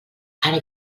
ara